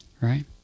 right